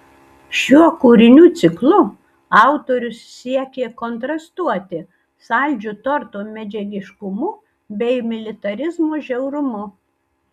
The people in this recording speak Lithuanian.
šiuo kūrinių ciklu autorius siekė kontrastuoti saldžiu torto medžiagiškumu bei militarizmo žiaurumu